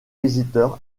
visiteurs